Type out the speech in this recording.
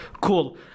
cool